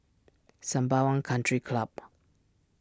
Sembawang Country Club